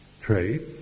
traits